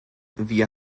wir